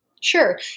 Sure